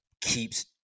keeps